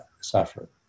suffer